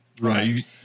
right